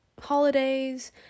holidays